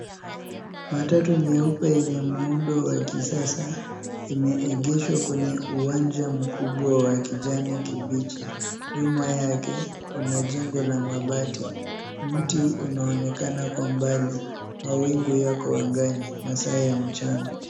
Matatu nyeupe yenye muundo wa kisasa imeegeshwa kwenye uwanja mkubwa wa kijani kibichi. Nyuma yake kuna jengo la mabati. Mti unaonekana kwa umbali. Mawingu yako angani masaa ya mchana.